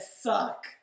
suck